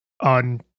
on